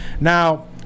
Now